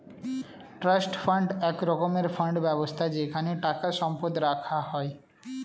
trust fund এক রকমের fund ব্যবস্থা যেখানে টাকা সম্পদ রাখা হয়